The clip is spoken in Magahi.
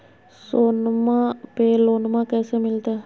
सोनमा पे लोनमा कैसे मिलते?